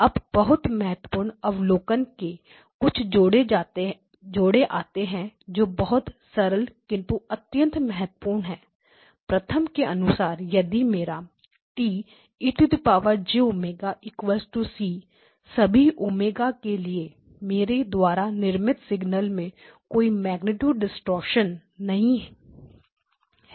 अब बहुत महत्वपूर्ण अवलोकन के कुछ जोड़े आते हैं जो बहुत सरल किंतु अत्यंत महत्वपूर्ण है प्रथम के अनुसार यदि मेरा T e jωc सभी ω के लिए मेरे द्वारा निर्मित सिग्नल में कोई मेग्नीट्यूड डिस्टॉर्शन नहीं है